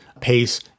pace